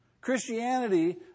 Christianity